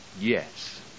Yes